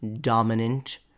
dominant